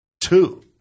two